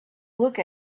look